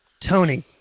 Tony